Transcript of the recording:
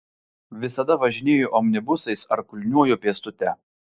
visada važinėju omnibusais ar kulniuoju pėstute